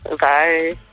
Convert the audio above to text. Bye